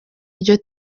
ryo